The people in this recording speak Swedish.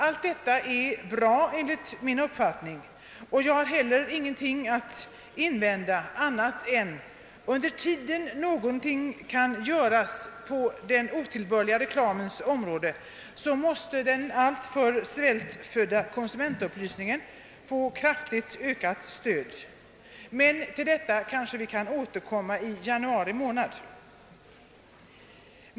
Allt detta är enligt min mening bra, och jag har heller inget annat att invända än att någonting bör kunna göras under tiden på den otillbörliga reklamens område. Den alltför svältfödda konsumentupplysningen måste få ett kraftigt ökat stöd. Men till detta kanske vi kan återkomma i januari 1968.